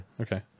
Okay